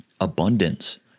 abundance